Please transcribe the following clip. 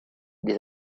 les